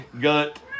Gut